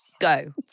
Go